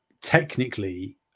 technically